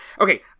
Okay